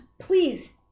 please